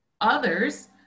others